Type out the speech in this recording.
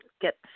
get